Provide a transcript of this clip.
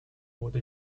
wurde